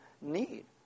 need